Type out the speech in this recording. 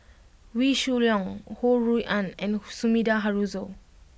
Wee Shoo Leong Ho Rui An and Sumida Haruzo